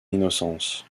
innocence